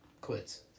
quits